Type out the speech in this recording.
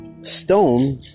stone